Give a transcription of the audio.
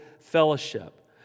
fellowship